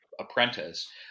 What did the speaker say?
Apprentice